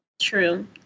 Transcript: True